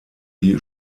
die